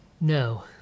No